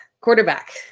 Quarterback